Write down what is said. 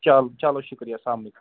چَل چَلو شُکریہِ سلام علیکُم